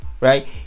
right